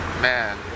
Man